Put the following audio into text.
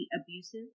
abusive